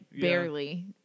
barely